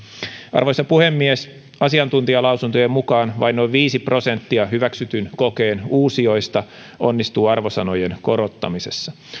arvoisa puhemies asiantuntijalausuntojen mukaan vain noin viisi prosenttia hyväksytyn kokeen uusijoista onnistuu arvosanojen korottamisessa